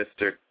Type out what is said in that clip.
Mr